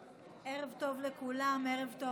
ערב טוב לכולם, ערב טוב